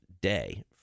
day